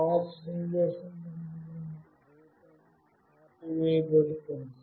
"OFF" సందేశం పంపినప్పుడు దీపం ఆపివేయబడుతుంది